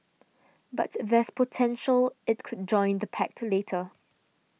but there's potential it could join the pact later